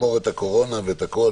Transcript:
נגמור את הקורונה והכול,